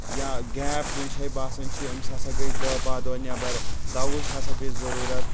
یا گیپ کُنہِ شٲے باسان چھِ أمِس ہسا گٔے دہ باہہ دۄہ نؠبر دوہٕچ ہسا پیٚیہِ ضروٗرت